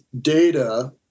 data